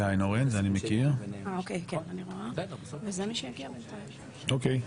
לטובת הליך משפטי להוצאות בהליך משפטי או בהליך רפואי הכרחי,